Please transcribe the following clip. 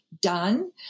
done